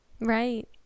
Right